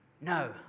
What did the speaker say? No